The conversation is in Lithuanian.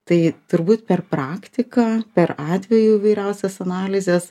tai turbūt per praktiką per atvejų įvairiausias analizes